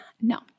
no